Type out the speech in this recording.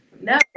No